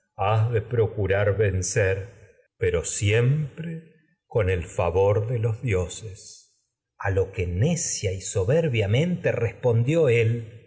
de procurar vencer pero y siempre el favor de los dioses a lo que necia soberbiamente respondió él